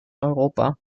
europa